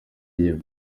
gihe